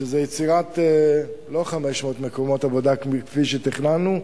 שזה יצירת, לא 500 מקומות עבודה כפי שתכננו,